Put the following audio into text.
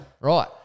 Right